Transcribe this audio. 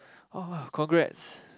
oh congrats